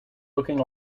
looking